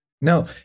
No